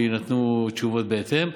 ויינתנו תשובות בהתאם.